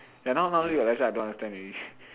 ya now now league-of-legends I don't understand already